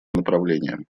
направлениям